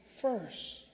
first